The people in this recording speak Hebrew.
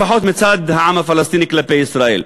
לפחות מצד העם הפלסטיני כלפי ישראל.